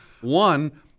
One